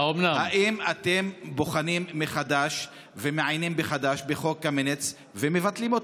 האם אתם בוחנים מחדש ומעיינים מחדש בחוק קמיניץ ומבטלים אותו?